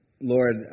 Lord